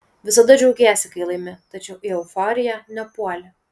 visada džiaugiesi kai laimi tačiau į euforiją nepuoli